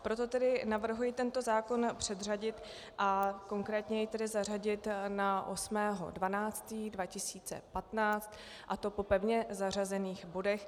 Proto tedy navrhuji tento zákon předřadit a konkrétně jej zařadit na 8. 12. 2015, a to po pevně zařazených bodech.